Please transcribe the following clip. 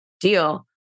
deal